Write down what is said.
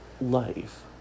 life